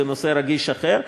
זה נושא רגיש אחר,